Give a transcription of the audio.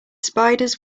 spiders